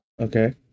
Okay